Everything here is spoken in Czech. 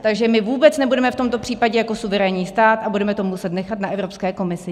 Takže my vůbec nebudeme v tomto případě jako suverénní stát a budeme to muset nechat na Evropské komisi.